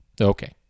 Okay